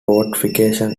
fortifications